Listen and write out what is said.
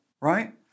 right